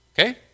okay